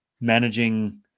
managing